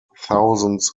thousands